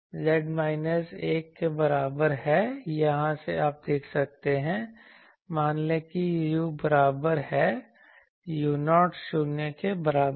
Z minus 1 के बराबर है यहां से आप देख सकते हैं मान लें कि u बराबर है u0 शून्य के बराबर है